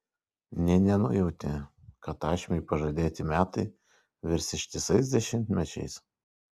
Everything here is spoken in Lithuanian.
nė nenujautė kad ašmiui pažadėti metai virs ištisais dešimtmečiais